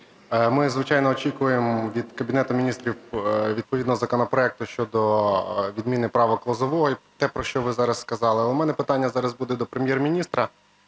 Ми, звичайно, очікуємо від Кабінету Міністрів відповідного законопроекту щодо відміни "правок Лозового" і те, про що ви зараз сказали. Але в мене питання зараз будедо Прем’єр-міністра.